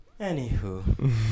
Anywho